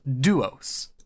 Duos